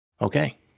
Okay